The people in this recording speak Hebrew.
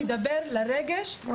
להיכנס לדוברות של המשרד,